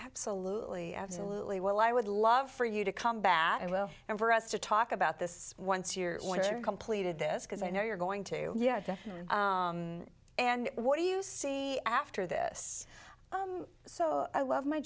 absolutely absolutely well i would love for you to combat it well and for us to talk about this once you're completed this because i know you're going to yeah and what do you see after this so i love my